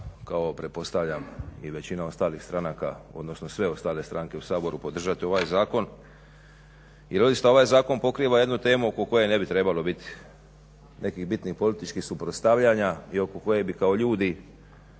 kao pretpostavljam i većina ostalih stranaka, odnosno sve ostale stranke u Saboru podržati ovaj zakon jer doista ovaj zakon pokriva jednu temu oko koje ne bi trebalo biti nekih bitnih političkih suprotstavljanja i oko koje bi kao ljudi